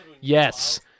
Yes